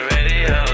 Radio